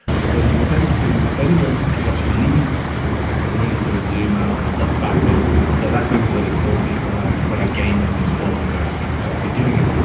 and so you tend to, it's only once you actually leave the sport where i can really sort of zoom out and look back at the lessons that it taught me what i what i gained from this sport when i was was actually doing it.